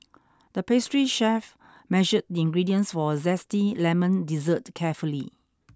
the pastry chef measured the ingredients for a zesty lemon dessert carefully